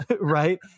right